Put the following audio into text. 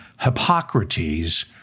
Hippocrates